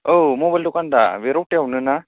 औ मबाइल दखान दा बे रौथायावनो ना